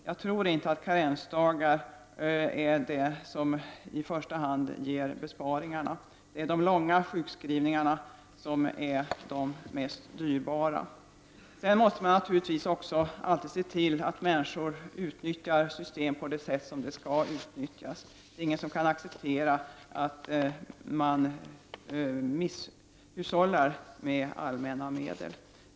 Jag tror inte att införande av karensdagar är det som i första hand leder till besparingar i systemet. Det är de långa sjukskrivningsperioderna som är dyrast. Människor skall också utnyttja system på det sätt som är tänkt. Ingen kan acceptera att man misshushållar med allmänna medel.